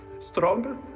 Stronger